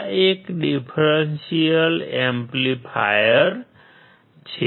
આ એક differential amplifier છે